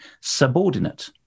subordinate